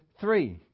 three